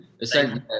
Essentially